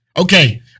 Okay